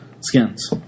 Skins